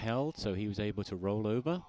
held so he was able to roll over